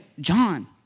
John